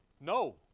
No